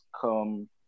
come